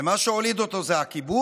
ומה שהוליד אותו זה הכיבוש